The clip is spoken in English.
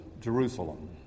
Jerusalem